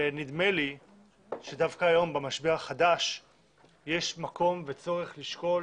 נדמה לי שדווקא היום במשבר החדש יש מקום וצורך לשקול